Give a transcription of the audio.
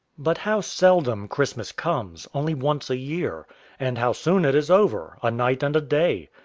but how seldom christmas comes only once a year and how soon it is over a night and a day!